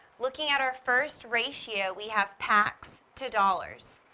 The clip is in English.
looking at our first ratio, we have packs to dollars.